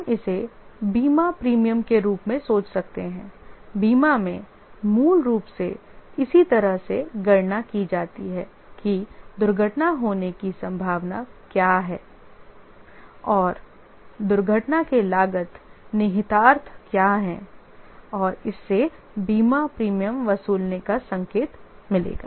हम इसे बीमा प्रीमियम के रूप में सोच सकते हैंबीमा मैं मूल रूप से इसी तरह से गणना की जाती है कि दुर्घटना होने की संभावना क्या है और दुर्घटना के लागत निहितार्थ क्या हैं और इससे बीमा प्रीमियम वसूलने का संकेत मिलेगा